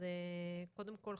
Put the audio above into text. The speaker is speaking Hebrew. קודם כל,